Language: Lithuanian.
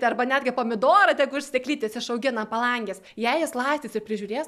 arba netgi pomidorą tegu iš sėklytės išaugina palangės jei jis laistys ir prižiūrės